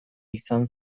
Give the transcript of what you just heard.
izan